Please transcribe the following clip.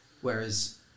Whereas